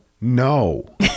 no